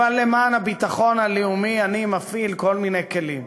אבל למען הביטחון הלאומי, אני מפעיל כל מיני כלים.